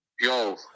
Yo